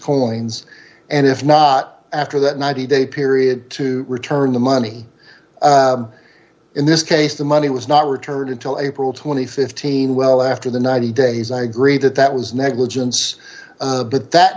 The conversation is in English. callings and if not after that ninety day period to return the money in this case the money was not return until april th teen well after the ninety days i agree that that was negligence but that